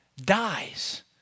dies